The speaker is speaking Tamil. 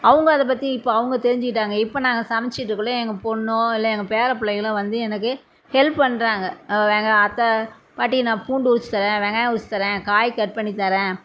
அவங்க அதை பத்தி இப்போ அவங்க தெரிஞ்சிக்கிட்டாங்க இப்போ நாங்கள் சமைச்சிட்ருக்கக்குள்ள எங்கள் பொண்ணோ இல்லை எங்கள் பேரப்பிள்ளைகளோ வந்து எனக்கு ஹெல்ப் பண்ணுறாங்க எங்கள் அத்தை பாட்டி நான் பூண்டு உரித்து தரேன் வெங்காயம் உரித்து தரேன் காய் கட் பண்ணி தரேன்